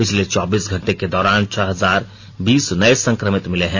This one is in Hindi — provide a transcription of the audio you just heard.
पिछले चौबीस घंटे के दौरान छह हजार बीस नए संक्रमित मिले हैं